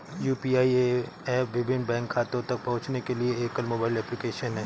UPI app विभिन्न bank खातों तक पहुँचने के लिए एकल मोबाइल एप्लिकेशन है